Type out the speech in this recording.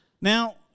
Now